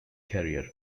carrier